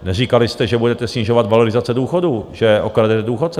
Neříkali jste, že budete snižovat valorizace důchodů, že okradete důchodce.